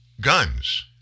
guns